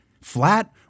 flat